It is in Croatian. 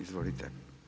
Izvolite.